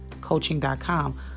coaching.com